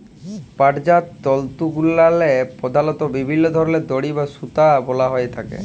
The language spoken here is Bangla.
পাটজাত তলতুগুলাল্লে পধালত বিভিল্ল্য ধরলের দড়ি বা সুতা বলা হ্যঁয়ে থ্যাকে